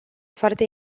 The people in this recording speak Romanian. foarte